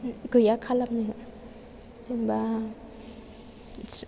गैया खालामनो जेनेबा